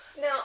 Now